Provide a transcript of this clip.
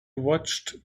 watched